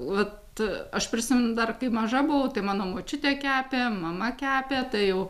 vat aš prisimenu dar kai maža buvau mano močiutė kepė mama kepė tai jau